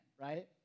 right